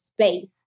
space